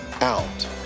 out